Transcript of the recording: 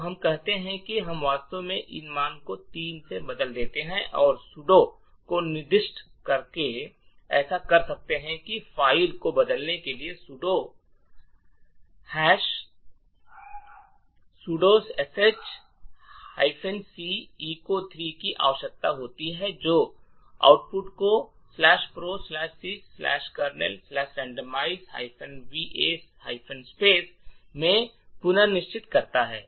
तो हम कहते हैं कि हम वास्तव में इस मान को 3 में बदल देते हैं हम sudo को निर्दिष्ट करके ऐसा कर सकते हैं क्योंकि फ़ाइल को बदलने के लिए sudo sudo sh c echo 3 की आवश्यकता होती है जो आउटपुट को proc sys kernel randomize va space में पुनर्निर्देशित करता है